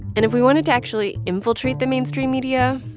and if we wanted to actually infiltrate the mainstream media,